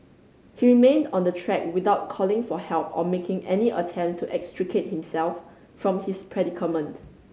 he remained on the track without calling for help or making any attempt to extricate himself from his predicament